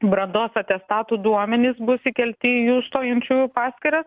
brandos atestatų duomenys bus įkelti į jų stojančiųjų paskyrą